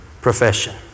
profession